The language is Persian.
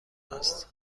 است